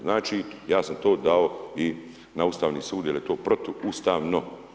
Znači ja sam to dao i na Ustavni sud jer je to protuustavno.